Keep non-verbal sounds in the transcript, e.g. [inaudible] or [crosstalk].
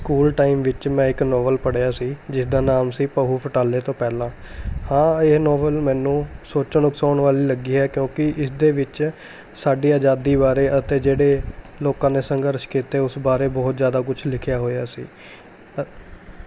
school time ਵਿੱਚ ਮੈਂ ਇੱਕ ਨਾਵਲ ਪੜ੍ਹਿਆ ਸੀ ਜਿਸ ਦਾ ਨਾਮ ਸੀ ਪਹੁ ਫੁਟਾਲੇ ਤੋਂ ਪਹਿਲਾਂ ਹਾਂ ਇਹ ਨਾਵਲ ਮੈਨੂੰ ਸੋਚਣ ਉਕਸਾਉਣ ਵਾਲੀ ਲੱਗੀ ਹੈ ਕਿਉਂਕਿ ਇਸ ਦੇ ਵਿੱਚ ਸਾਡੀ ਆਜ਼ਾਦੀ ਬਾਰੇ ਅਤੇ ਜਿਹੜੇ ਲੋਕਾਂ ਨੇ ਸੰਘਰਸ਼ ਕੀਤੇ ਉਸ ਬਾਰੇ ਬਹੁਤ ਜ਼ਿਆਦਾ ਕੁਛ ਲਿਖਿਆ ਹੋਇਆ ਸੀ [unintelligible]